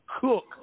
cook